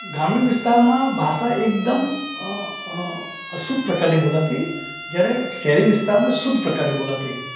ગ્રામીણ વિસ્તારમાં ભાષા એકદમ અશુદ્ધ પ્રકારની બોલાતી જયારે શહેરી વિસ્તારમાં શુદ્ધ પ્રકારની બોલાતી